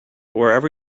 wherever